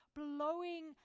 blowing